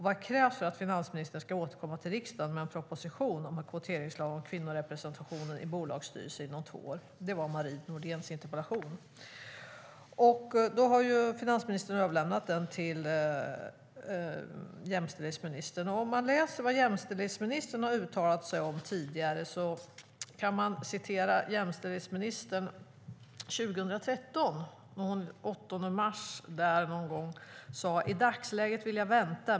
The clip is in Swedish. Vad krävs för att finansministern ska återkomma till riksdagen med en proposition om en kvoteringslag om kvinnorepresentationen i bolagsstyrelser inom två år?" Det var Marie Nordéns interpellation. Finansministern har överlämnat interpellationen till jämställdhetsministern. Man kan läsa vad jämställdhetsministern har uttalat tidigare. Hon sade den 8 mars 2013: "I dagsläget vill jag vänta.